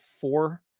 four